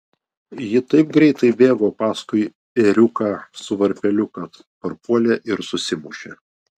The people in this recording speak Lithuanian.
ji taip greitai bėgo paskui ėriuką su varpeliu kad parpuolė ir susimušė